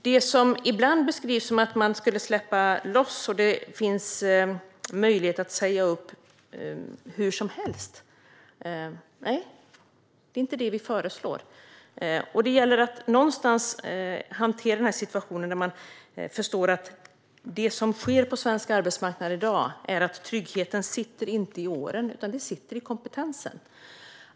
Det som ibland beskrivs som att man skulle släppa loss allt så att man får möjlighet att säga upp hur som helst är inte vad vi föreslår. Det gäller att hantera den situation som finns på svensk arbetsmarknad i dag, nämligen att tryggheten inte sitter i åren utan i kompetensen.